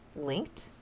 linked